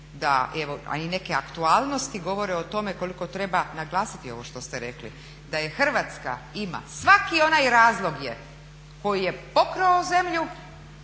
i neke aktualnosti govore o tome koliko treba naglasiti ovo što ste rekli da Hrvatska ima, svaki onaj razlog je koji je pokrao ovu zemlju